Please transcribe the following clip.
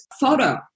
photo